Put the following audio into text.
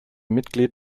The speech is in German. mitglied